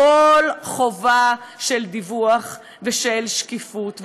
כל חובה של דיווח ושל שקיפות,